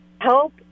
help